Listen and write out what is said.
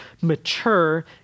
mature